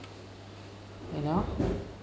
you know